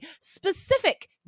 specific